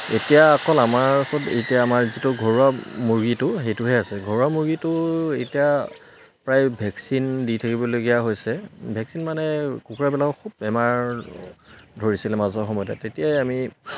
এতিয়া অকল আমাৰ ওচৰত এতিয়া আমাৰ যিটো ঘৰুৱা মুৰ্গীটো সেইটোহে আছে ঘৰুৱা মুৰ্গীটো এতিয়া প্ৰায় ভেকচিন দি থাকিবলগীয়া হৈছে ভেকচিন মানে কুকুৰাবিলাকৰ খুব বেমাৰ ধৰিছিলে মাজৰ সময়তে তেতিয়াই আমি